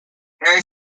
harry